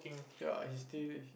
ya he still he